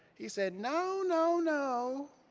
he said, no, no, no,